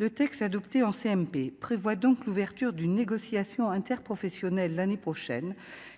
le texte adopté en CMP prévoit donc l'ouverture d'une négociation interprofessionnelle l'année prochaine,